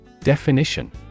Definition